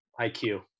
IQ